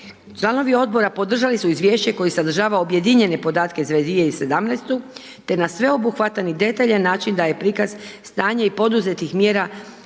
Članovi odbora podržali su izvješće koje sadržava objedinjene podatke za 2017. te na sveobuhvatan i detalj način daje prikaz, stanje i poduzetih mjera na